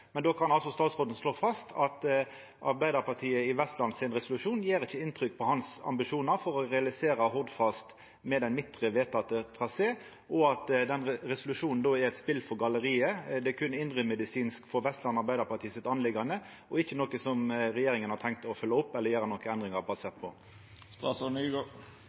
Men då kan altså statsråden slå fast at Arbeidarpartiet i Vestland sin resolusjon ikkje gjev inntrykk på hans ambisjonar om å realisera Hordfast med den midtre, vedtekne traseen, og at den resolusjonen då er eit spel for galleriet. Det er berre ei indremedisinsk sak for Vestland Arbeidarparti, og ikkje noko som regjeringa har tenkt å følgja opp eller gjera endringar basert på.